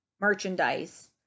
merchandise